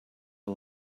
are